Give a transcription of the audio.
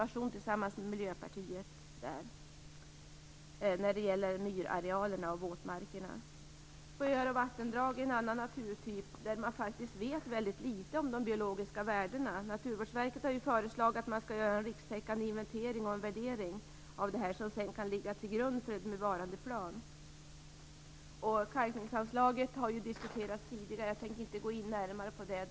Sjöar och vattendrag är en annan naturtyp, där man faktiskt vet väldigt litet om de biologiska värdena. Naturvårdsverket har föreslagit en rikstäckande inventering och en värdering som sedan kan ligga till grund för en bevarandeplan. Kalkningsanslaget har diskuterats tidigare, så jag tänker inte gå närmare in på det.